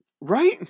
Right